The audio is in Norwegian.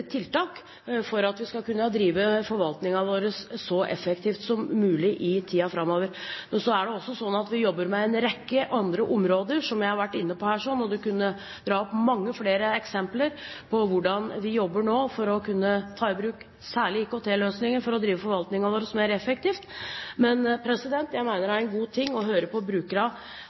tiltak for at vi skal kunne drive forvaltningen vår så effektivt som mulig i tiden framover. Så er det også sånn at vi jobber med en rekke andre områder, som jeg har vært inne på her, og jeg kunne dra fram mange flere eksempler på hvordan vi jobber nå for å kunne ta i bruk særlig IKT-løsninger for å drive forvaltningen vår mer effektivt. Men jeg mener det er en god ting å høre på brukerne,